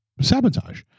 sabotage